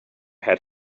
had